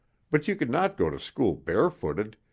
but you could not go to school barefooted,